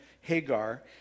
Hagar